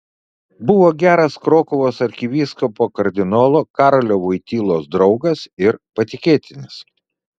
buvo geras krokuvos arkivyskupo kardinolo karolio vojtylos draugas ir patikėtinis